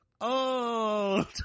old